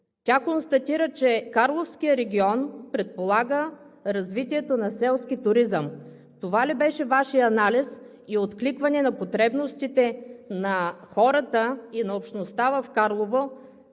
тя констатира, че Карловският регион предполага развитието на селски туризъм. Това ли беше Вашият анализ и откликване на потребностите на хората, на общността в Карлово,